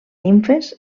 nimfes